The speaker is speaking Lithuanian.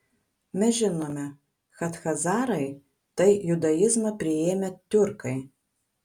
mes žinome kad chazarai tai judaizmą priėmę tiurkai